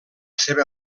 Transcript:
seva